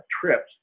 trips